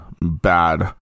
bad